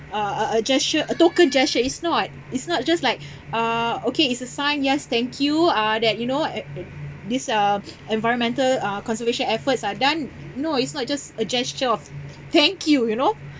a a a gesture a token gesture it's not it's not just like uh okay it's a sign yes thank you uh that you know at this uh environmental uh conservation efforts are done no it's not just a gesture of thank you you know